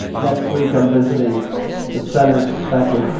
next week, i'm visiting the center so thank you.